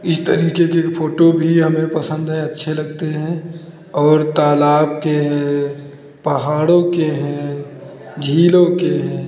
इस तरीके के फोटो भी हमें पसंद है अच्छे लगते हैं और तालाब के पहाड़ों के हैं झीलों के हैं